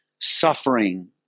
suffering